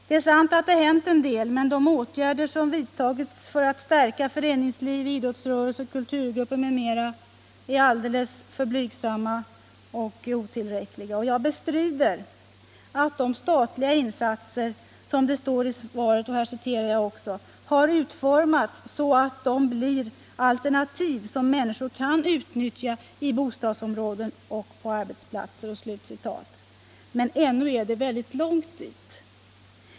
Det är sant att det hänt en del, men de åtgärder som vidtagits för att stärka föreningsliv, idrottsrörelse, kulturgrupper m.m. är alldeles för blygsamma och otillräckliga. Jag bestrider att de statliga insatserna ”har utformats så att de blir alternativ som människor kan utnyttja i bostadsområden och på arbetsplatser”, som det sägs i svaret. Ännu är det långt dit.